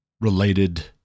related